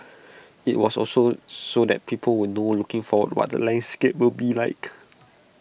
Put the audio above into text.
IT was also so that people will know looking forward what the landscape will be like